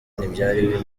ntibyari